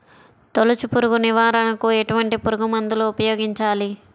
తొలుచు పురుగు నివారణకు ఎటువంటి పురుగుమందులు ఉపయోగించాలి?